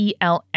ELM